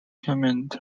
comment